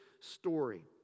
story